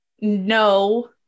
no